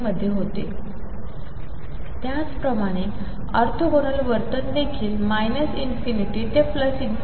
मध्ये होते त्याचप्रमाणे ऑर्थोगोनल वर्तन देखील ∞ ते ∞